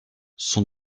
son